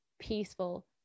peaceful